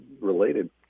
related